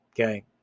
Okay